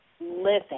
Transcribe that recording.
living